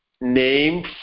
name